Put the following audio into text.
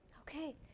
Okay